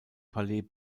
palais